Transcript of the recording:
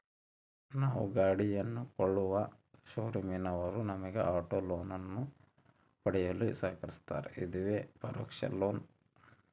ನಾವು ಗಾಡಿಯನ್ನು ಕೊಳ್ಳುವ ಶೋರೂಮಿನವರು ನಮಗೆ ಆಟೋ ಲೋನನ್ನು ಪಡೆಯಲು ಸಹಕರಿಸ್ತಾರ, ಇದುವೇ ಪರೋಕ್ಷ ಲೋನ್